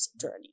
journey